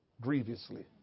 grievously